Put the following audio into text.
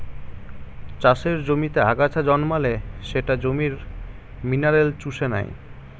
চাষের জমিতে আগাছা জন্মালে সেটা জমির মিনারেল চুষে নেয়